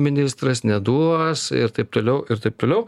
ministras neduos ir taip toliau ir taip toliau